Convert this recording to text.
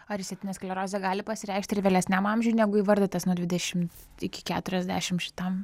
ar išsėtinė sklerozė gali pasireikšti ir vėlesniam amžiui negu įvardytas nuo dvidešimt iki keturiasdešimt šitam